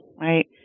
right